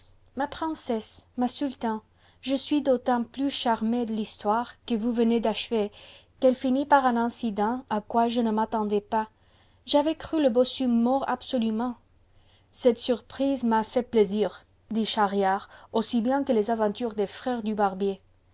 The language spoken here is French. ma princesse ma sultane je suis d'autant plus htu'mce de l'histoire qno vous venez d'achcvf qu'c finit par un incir n dent à quoi je ne m'attendais pas j'avais cru le bossu mort absolument cette surprise m'a fait plaisir dit schahriar aussi bien que les aventures des frères du barbier